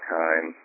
time